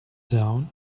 down